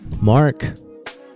Mark